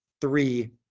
three